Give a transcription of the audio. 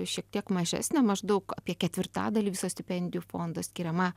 šiek tiek mažesnė maždaug apie ketvirtadalį viso stipendijų fondo skiriama